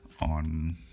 on